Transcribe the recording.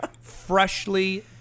freshly